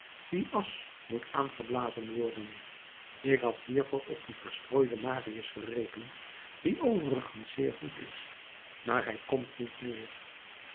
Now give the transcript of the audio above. die asch moet aangeblazen worden ik had hiervoor op dien verstrooiden marius gerekend die overigens zeer goed is maar hij komt niet meer